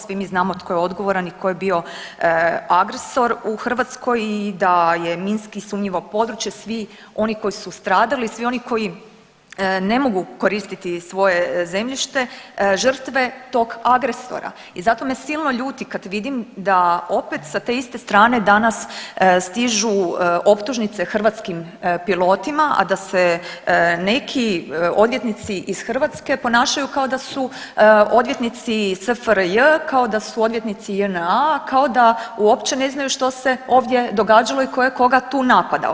Svi mi znamo tko je odgovoran i tko je bio agresor u Hrvatskoj i da je minski sumnjivo područje, svi oni koji su stradali, svi oni koji ne mogu koristiti svoje zemljište, žrtve tog agresora i zato me silno ljuti kad vidim da opet sa te iste strane danas stižu optužnice hrvatskim pilotima, a da se neki odvjetnici iz Hrvatske ponašaju kao su odvjetnici SFRJ, kao da su odvjetnici JNA, kao da uopće ne znaju što se ovdje događalo i tko je koga tu napadao.